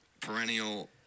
perennial